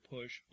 Push